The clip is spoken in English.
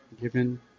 Given